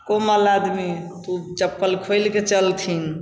कोमल आदमी तऽ ओ चप्पल खोलिके चलथिन